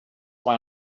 why